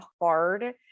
hard